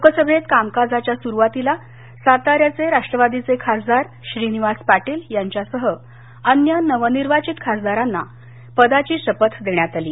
लोकसभेत कामकाजाच्या सुरुवातीला साताऱ्याचे राष्ट्रवादीचे खासदार श्रीनिवास पाटील यांच्यासह अन्य नवनिर्वाचित खासदारांना पदाची शपथ देण्यात आली